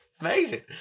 Amazing